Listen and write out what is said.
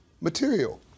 material